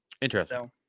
Interesting